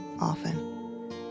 often